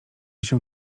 się